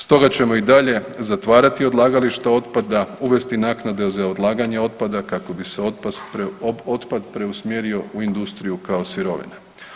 Stoga ćemo i dalje zatvarati odlagališta otpada, uvesti naknadu za odlaganje otpada kako bi se otpad preusmjerio u industriju kao sirovine.